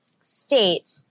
state